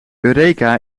eureka